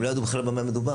הם לא ידעו בכלל במה מדובר.